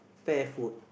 pear food